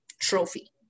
trophy